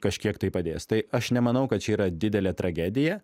kažkiek tai padės tai aš nemanau kad čia yra didelė tragedija